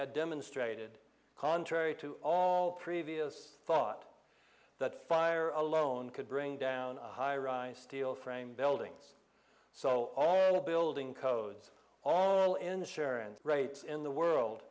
had demonstrated contrary to all previous thought that fire alone could bring down a high rise steel framed buildings so all the building codes all insurance rates in the world